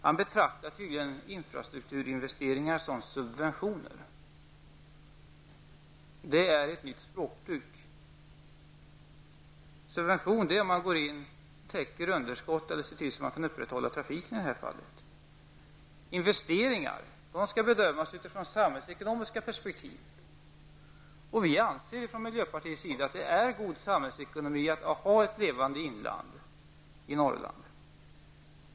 Han betraktar tydligen infrastrukturinvesteringar som subventioner. Det är ett nytt språkbruk. Att subventionera innebär att man går in och täcker underskott eller, i det här fallet, ser till att det är möjligt att upprätthålla trafiken. Investeringar skall bedömas utifrån ett samhällsekonomiskt perspektiv, och miljöpartiet anser att det är en god samhällsekonomi att ha ett levande inland i Norrland.